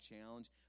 Challenge